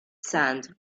sand